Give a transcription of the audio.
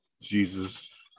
Jesus